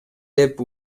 деп